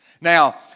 Now